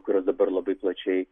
kurios dabar labai plačiai